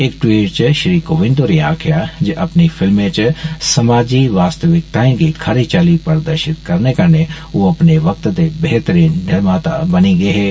इक ट्वीट च श्री कोविन्द होरें आक्खेआ जे अपनी फिल्में च समाजी वास्तविकताएं गी खरी चाल्ली प्रदर्षित करने कन्नै ओह अपने वक्त दे बेहतरीन निर्माता बनी गे हे